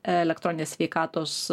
elktroninės sveikatos